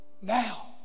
Now